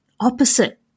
opposite